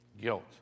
guilt